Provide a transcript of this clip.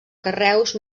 carreus